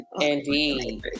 Indeed